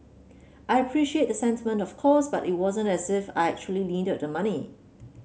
I appreciated the sentiment of course but it wasn't as if I actually needed the money